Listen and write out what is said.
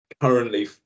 currently